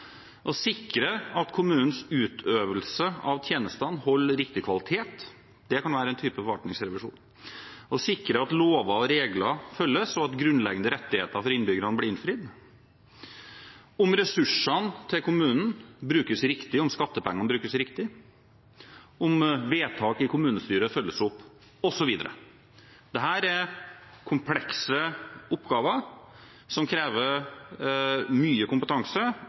å sikre at kommunens utøvelse av tjenestene holder riktig kvalitet – det kan være en type forvaltningsrevisjon – å sikre at lover og regler følges, at grunnleggende rettigheter for innbyggerne blir innfridd, at kommunens ressurser brukes riktig, at skattepengene brukes riktig, at vedtak i kommunestyret følges opp, osv. Dette er komplekse oppgaver som krever mye kompetanse,